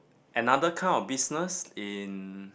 another kind of business in